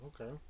Okay